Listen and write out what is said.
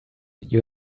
you